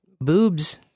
Boobs